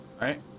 right